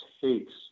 takes